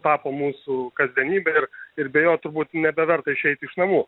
tapo mūsų kasdienybe ir ir be jo turbūt nebeverta išeit iš namų